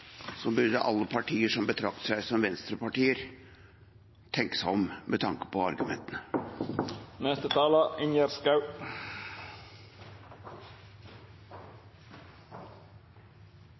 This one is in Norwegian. alle partier som betrakter seg som venstrepartier, burde tenke seg om med tanke på argumentene.